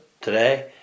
today